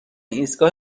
ایستگاه